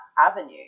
avenue